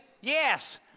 Yes